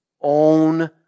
own